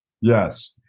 Yes